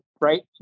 right